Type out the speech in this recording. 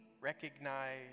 recognize